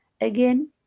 Again